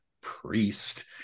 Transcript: priest